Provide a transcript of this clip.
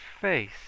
face